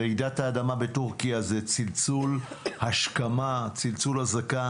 רעידת האדמה בטורקיה זה צלצול השכמה, צלצול אזעקה